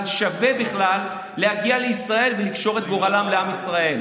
שווה להגיע לישראל ולקשור את גורלם בישראל.